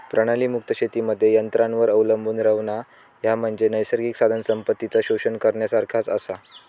प्राणीमुक्त शेतीमध्ये यंत्रांवर अवलंबून रव्हणा, ह्या म्हणजे नैसर्गिक साधनसंपत्तीचा शोषण करण्यासारखाच आसा